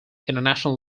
international